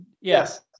yes